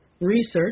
research